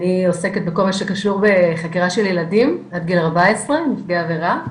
אני עוסקת בכל מה שקשור בחקירה של ילדים עד גיל 14 נפגעי עבירה,